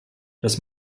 das